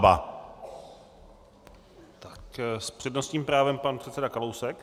S přednostním právem pan předseda Kalousek.